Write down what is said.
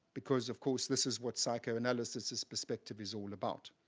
because of course this is what psychoanalysis's perspective is all about.